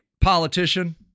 politician